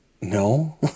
no